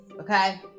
okay